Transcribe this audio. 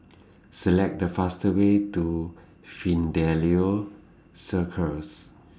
Select The fast Way to Fidelio Circus